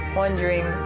wondering